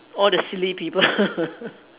all the silly people